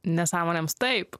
nesąmonėms taip